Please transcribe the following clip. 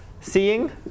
seeing